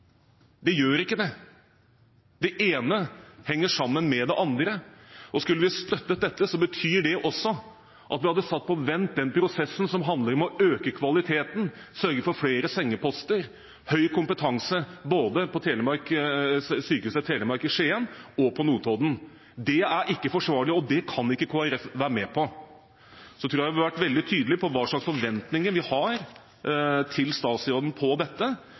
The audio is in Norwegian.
Det gjør ikke det. Det ene henger sammen med det andre, og skulle vi støttet dette, betyr det at vi hadde satt på vent den prosessen som handler om å øke kvaliteten, sørge for flere sengeposter og høy kompetanse på Sykehuset Telemark både i Skien og på Notodden. Det er ikke forsvarlig, og det kan ikke Kristelig Folkeparti være med på. Jeg tror vi har vært veldig tydelige på hva slags forventninger vi har til statsråden på dette